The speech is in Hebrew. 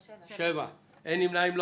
נמנעים,